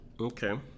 Okay